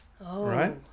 Right